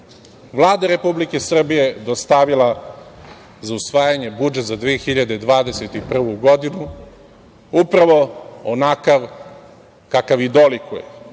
Vlada Republike Srbije je dostavila za usvajanje budžet za 2021. godinu upravo onakav kakav i dolikuje,